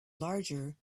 larger